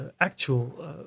actual